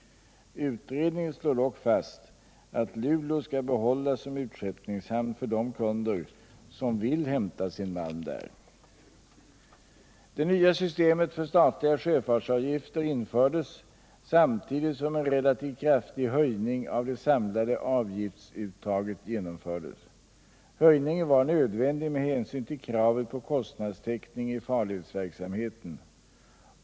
Utredningen slår dock fast att Luleå skall behållas som utskeppningshamn för de kunder som vill hämta sin malm där. Det nya systemet för statliga sjöfartsavgifter infördes samtidigt som en relativt kraftig höjning av det samlade avgiftsuttaget genomfördes. Höjningen var nödvändig med hänsyn till kravet på kostnadstäckning i farledsverksamheten.